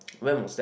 when was that